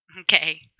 Okay